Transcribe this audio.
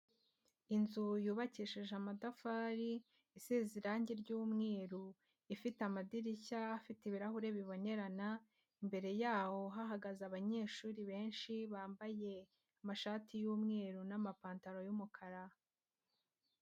Inzu yubakishije amatafari isize irange ry'umweru, ifite amadirishya afite ibirahure bibonerana imbere yaho hahagaze abanyeshuri benshi bambaye amashati y'umweru n'amapantaro y'umukara.